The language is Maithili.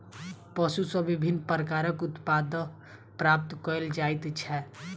पशु सॅ विभिन्न प्रकारक उत्पाद प्राप्त कयल जाइत छै